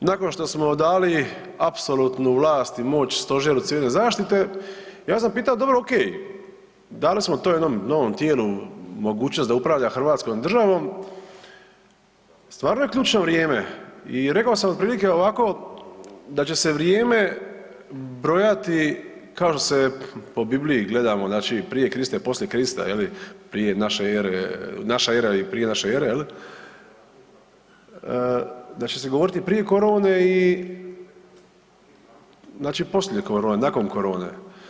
Nakon što smo dali apsolutnu vlast i moć Stožeru civilne zaštite, ja sam pitao dobro ok, dali smo tom jednom novom tijelu mogućnost da upravlja hrvatskom državom, stvarno je ključno vrijem i rekao sam otprilike ovako, da će se vrijeme brojati kao što se po Bibliji gledamo, znači prije Krista i poslije Krista je li, prije naše ere, naša era i prije naše ere je li, da će se govoriti prije korone i znači poslije korone, nakon korone.